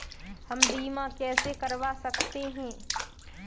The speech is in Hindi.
हम बीमा कैसे करवा सकते हैं?